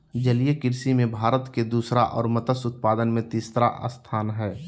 जलीय कृषि में भारत के दूसरा और मत्स्य उत्पादन में तीसरा स्थान हइ